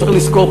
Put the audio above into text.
צריך לזכור,